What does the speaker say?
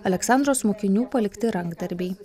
aleksandros mokinių palikti rankdarbiai